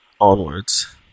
onwards